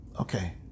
Okay